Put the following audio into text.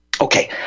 Okay